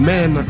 Men